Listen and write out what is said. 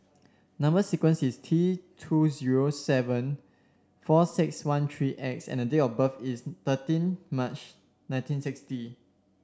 number sequence is T two zero seven four six one three X and the date of birth is thirteen March nineteen sixty